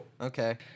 Okay